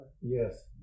Yes